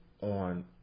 on